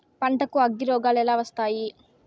పంటకు అగ్గిరోగాలు ఎలా వస్తాయి?